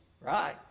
right